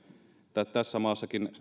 tässäkin maassa